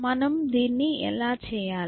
మనము దీన్ని ఎలా చేయాలి